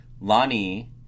Lonnie